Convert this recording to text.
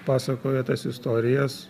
pasakojo tas istorijas